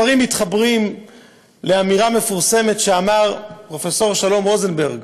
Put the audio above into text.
הדברים מתחברים לאמירה מפורסמת שאמר פרופ' שלום רוזנברג,